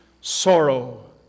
sorrow